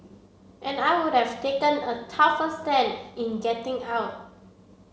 and I would have taken a tougher stand in getting out